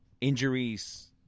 Injuries –